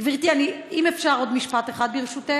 גברתי, אם אפשר, עוד משפט אחד, ברשותך.